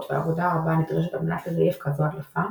והעבודה הרבה הנדרשת על מנת לזייף כזו הדלפה,